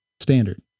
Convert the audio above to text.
Standard